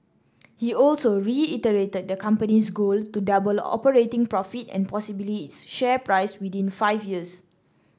he also reiterated the company's goal to double operating profit and possibly its share price within five years